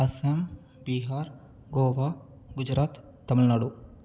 Assam Bihar Goa Gujarat Tamil Nadu